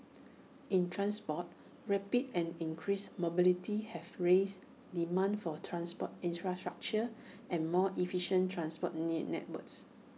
in transport rapid and increased mobility have raised demand for transport infrastructure and more efficient transport networks